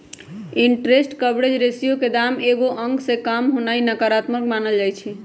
interest coverage ratio के दाम एगो अंक से काम होनाइ नकारात्मक मानल जाइ छइ